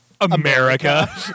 America